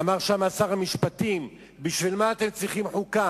אמר שם שר המשפטים, בשביל מה אתם צריכים חוקה?